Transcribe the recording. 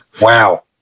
wow